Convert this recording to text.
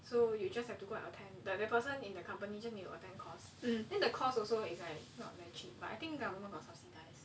so you just have to go and attend the that person in the company just need to attend course then the course is also not very cheap I think government got subsidise